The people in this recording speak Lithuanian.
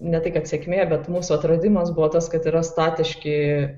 ne tai kad sėkmė bet mūsų atradimas buvo tas kad yra statiški